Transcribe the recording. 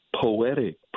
poetic